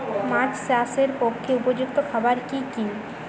মাছ চাষের পক্ষে উপযুক্ত খাবার কি কি?